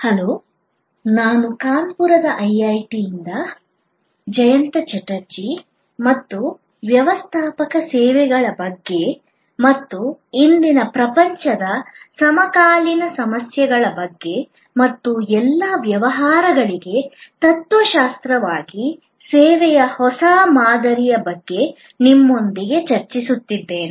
hello ನಾನು ಕಾನ್ಪುರದ ಐಐಟಿಯಿಂದ ಜಯಂತ ಚಟರ್ಜಿ ಮತ್ತು ವ್ಯವಸ್ಥಾಪಕ ಸೇವೆಗಳ ಬಗ್ಗೆ ಮತ್ತು ಇಂದಿನ ಪ್ರಪಂಚದ ಸಮಕಾಲೀನ ಸಮಸ್ಯೆಗಳ ಬಗ್ಗೆ ಮತ್ತು ಎಲ್ಲಾ ವ್ಯವಹಾರಗಳಿಗೆ ತತ್ವಶಾಸ್ತ್ರವಾಗಿ ಸೇವೆಯ ಹೊಸ ಮಾದರಿಯ ಬಗ್ಗೆ ನಿಮ್ಮೊಂದಿಗೆ ಚರ್ಚಿಸುತ್ತಿದ್ದೇನೆ